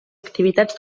activitats